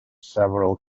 several